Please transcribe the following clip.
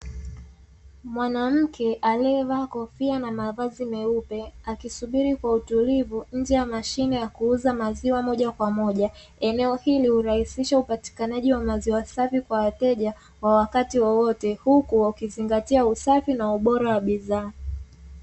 Mwanamke aliyeva kofia na mavazi meupe akisubiri kwa utulivu nje ya mashine ya kuuza maziwa moja kwa moja eneo hili hurahisisha upatikanaji wa maziwa safi kwa wateja wa wakati wowote huku wakizingatia usafi na ubora wa bidhaa.